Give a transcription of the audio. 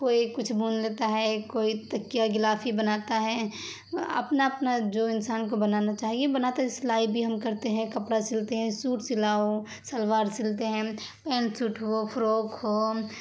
کوئی کچھ بن لیتا ہے کوئی تکیہ غلاف بناتا ہے اپنا اپنا جو انسان کو بنانا چاہیے بناتا ہے سلائی بھی ہم کرتے ہیں کپڑا سلتے ہیں سوٹ سلا ہو شلوار سلتے ہیں پین سوٹ ہو فراک ہو